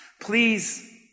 Please